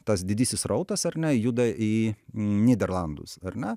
tas didysis srautas ar ne juda į nyderlandus ar ne